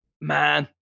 man